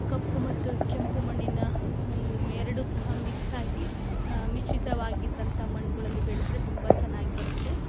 ಕಪ್ಪು ಮತ್ತು ಕೆಂಪು ಮಣ್ಣಿನ ಎರಡು ಸಹ ಮಿಕ್ಸಾಗಿ ಮಿಶ್ರಿತವಾಗಿದ್ದಂಥ ಮಣ್ಣುಗಳಲ್ಲಿ ಬೆಳೆದರೆ ತುಂಬ ಚೆನ್ನಾಗ್ ಬರುತ್ತೆ